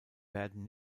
werden